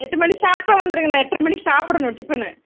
எட்டு மணிக்கு ஷார்ப்பா வந்துடுங்களேன் நான் எட்டர மணிக்கு சாப்பிடணும் டிஃபன்